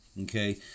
okay